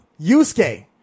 Yusuke